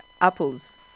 Apples